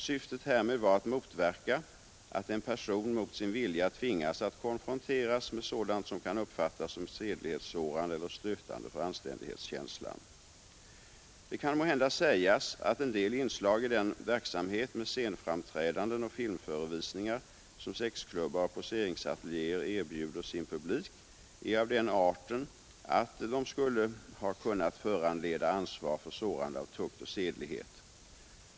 Syftet härmed var att motverka att en person mot sin vilja tvingas att konfronteras med sådant som kan uppfattas som sedlighetssårande eller stötande för anständighetskänslan. Det kan måhända sägas att en del inslag i den verksamhet med scenframträdanden och filmförevisningar som sexklubbar och poseringsateljéer erbjuder sin publik är av den arten att de skulle ha kunnat föranleda ansvar för sårande av tukt och sedlighet.